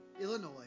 Illinois